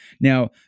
Now